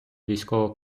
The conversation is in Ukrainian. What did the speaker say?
військового